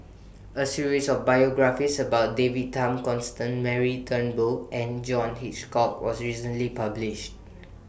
A series of biographies about David Tham Constance Mary Turnbull and John Hitchcock was recently published